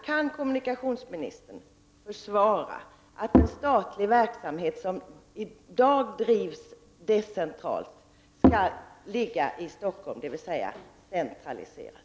Kan kommunikationsministern försvara att ett statligt verk som i dag drivs decentraliserat skall ligga i Stockholm, dvs. centraliserat?